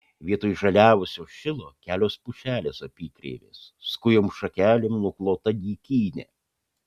vietoj žaliavusio šilo kelios pušelės apykreivės skujom šakelėm nuklota dykynė